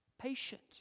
patient